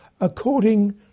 according